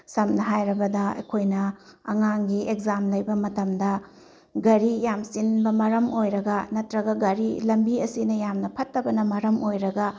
ꯁꯝꯅ ꯍꯥꯏꯔꯕꯗ ꯑꯩꯈꯣꯏꯅ ꯑꯉꯥꯡꯒꯤ ꯑꯦꯛꯖꯥꯝ ꯂꯩꯕ ꯃꯇꯝꯗ ꯒꯥꯔꯤ ꯌꯥꯝ ꯆꯤꯟꯕ ꯃꯔꯝ ꯑꯣꯏꯔꯒ ꯅꯠꯇ꯭ꯔꯒ ꯒꯥꯔꯤ ꯂꯝꯕꯤ ꯑꯁꯤꯅ ꯌꯥꯝꯅ ꯐꯠꯇꯕꯅ ꯃꯔꯝ ꯑꯣꯏꯔꯒ